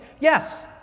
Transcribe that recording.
Yes